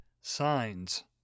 signs